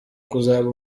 kuzaba